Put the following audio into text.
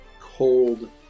cold